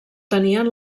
tenien